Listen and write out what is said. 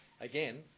again